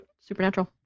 supernatural